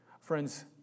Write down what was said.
Friends